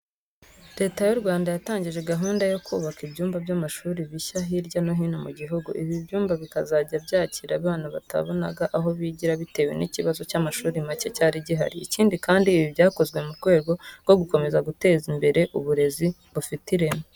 Leta y'u Rwanda yatangije gahunda yo kubaka ibyumba by'amashuri bishya hirya no hino mu gihugu. Ibi byumba bikazajya byakira abana batabonaga aho bigira bitewe n'ikibazo cy'amashuri make cyari gihari. Ikindi kandi, ibi byakozwe mu rwego rwo gukomeza guteza imbere uburezi bufite ireme.